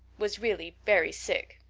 was really very sick.